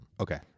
Okay